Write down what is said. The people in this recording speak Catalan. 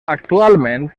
actualment